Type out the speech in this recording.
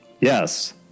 Yes